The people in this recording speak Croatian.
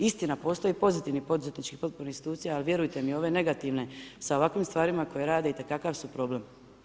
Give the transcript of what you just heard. Istina, postoje i pozitivni poduzetnički potporni institucija, ali vjerujte mi, ove negativne sa ovakvim stvarima koje rade itekakav su problem.